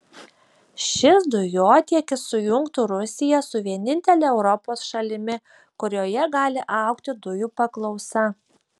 šis dujotiekis sujungtų rusiją su vienintele europos šalimi kurioje gali augti dujų paklausa